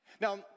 Now